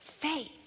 Faith